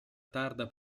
tarda